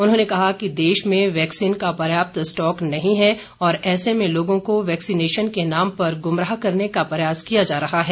उन्होंने कहा कि देश में वैक्सीन का पर्याप्त स्टॉक नहीं है और ऐसे में लोगों को वैक्सीनेशन के नाम पर गुमराह करने का प्रयास किया जा रहा है